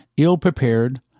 ill-prepared